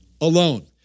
alone